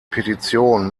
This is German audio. petition